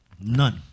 None